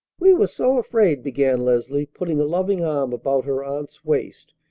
we were so afraid, began leslie, putting a loving arm about her aunt's waist,